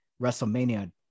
WrestleMania